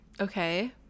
Okay